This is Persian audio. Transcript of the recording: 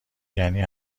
یعنی